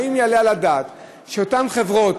האם יעלה על הדעת שאותן חברות,